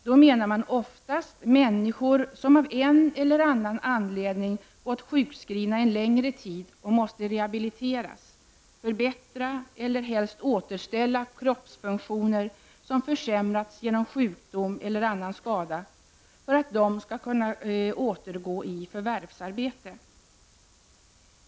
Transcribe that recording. Då menar man oftast människor som av en eller annan anledning gått sjukskrivna en längre tid och måste rehabiliteras, förbättra eller helst återställa kroppsfunktioner som har försämrats på grund av sjukdom eller annan skada, för att sedan kunna återgå till förvärvsarbete.